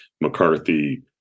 McCarthy